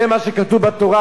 זה מה שכתוב בתורה,